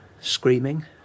Screaming